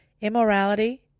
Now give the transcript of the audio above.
immorality